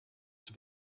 have